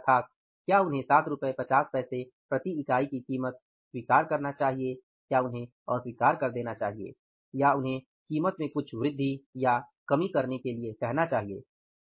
अर्थात क्या उन्हें 7 रु 50 पैसे प्रति इकाई की कीमत स्वीकार करना चाहिए या उन्हें अस्वीकार कर देना चाहिए या उन्हें कीमत में कुछ वृद्धि या कमी के लिए कहना चाहिए